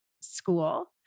school